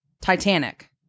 Titanic